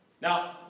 Now